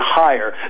higher